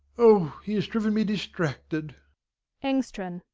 oh, he has driven me distracted engstrand.